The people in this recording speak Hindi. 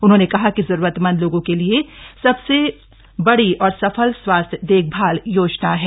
उन्होंने कहा कि जरूरतमंद लोगों के लिए यह सबसे बडी और सफल स्वास्थ्य देखभाल योजना है